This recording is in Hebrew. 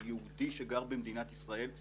כיהודי שגר במדינת ישראל,